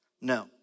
No